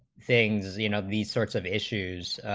things as ian of these sorts of issues,